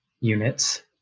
units